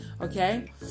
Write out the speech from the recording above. okay